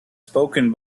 spoken